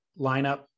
lineup